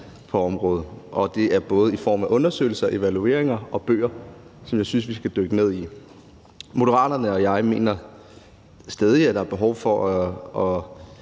på området, og det er både i form af undersøgelser, evalueringer og bøger, og det synes jeg vi skal dykke ned i. Moderaterne og jeg mener stadig, at der er behov for at